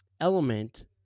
element